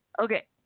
Okay